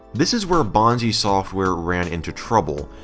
this is where bonzi software ran into trouble,